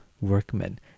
workmen